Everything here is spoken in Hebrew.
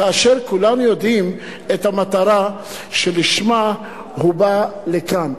כאשר כולנו יודעים את המטרה שלשמה הוא בא לכאן,